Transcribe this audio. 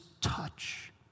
touch